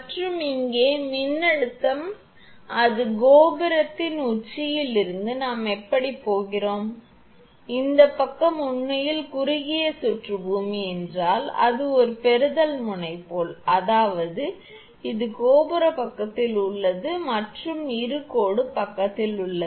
மற்றும் இங்கே மின்னழுத்தம் அது கோபுரத்தின் உச்சியில் இருந்து நாம் இப்படி போகிறோம் இந்த பக்கம் உண்மையில் குறுகிய சுற்று பூமி என்றால் அது ஒரு பெறுதல் முனை போல் அதாவது இது கோபுர பக்கத்தில் உள்ளது மற்றும் இது கோடு பக்கத்தில் உள்ளது